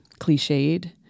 cliched